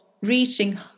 reaching